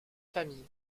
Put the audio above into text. famille